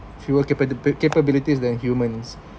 fewer capabi~ capabilities than humans